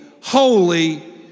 holy